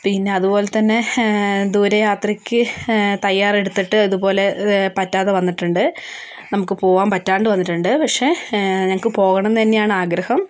പിന്നെ അതുപോലെ തന്നെ ദൂരെ യാത്രക്ക് തയ്യാറെടുത്തിട്ട് അതുപോലെ പറ്റാതെ വന്നിട്ടുണ്ട് നമുക്ക് പോകാൻ പറ്റാണ്ട് വന്നിട്ടുണ്ട് പക്ഷേ ഞങ്ങൾക്ക് പോകണം എന്ന് തന്നെയാണ് ആഗ്രഹം